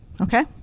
Okay